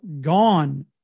gone